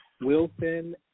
Wilson